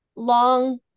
long